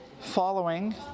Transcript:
following